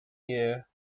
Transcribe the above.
year